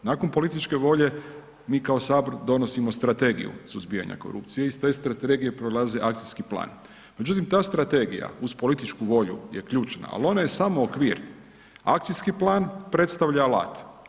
Nakon političke volje, mi kao Sabor donosimo Strategiju suzbijanja korupcije, iz te Strategije akcijski plan. međutim ta strategija uz političku volju je ključna ali ona je samo okvir, akcijski plan predstavlja alat.